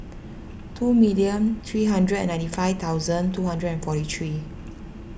two million three hundred and ninety five thousand two hundred and forty three